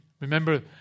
Remember